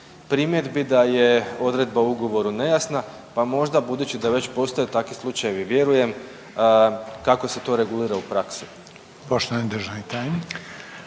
primjedbi da je odredba u ugovoru nejasna, pa možda budući da već postoje takvi slučajevi vjerujem kako se to regulira u praksi.